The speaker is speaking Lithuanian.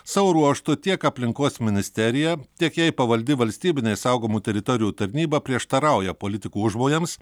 savo ruožtu tiek aplinkos ministerija tiek jai pavaldi valstybinė saugomų teritorijų tarnyba prieštarauja politikų užmojams